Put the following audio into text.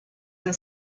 than